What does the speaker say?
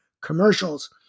commercials